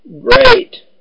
Great